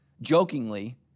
jokingly